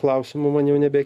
klausimų man jau nebe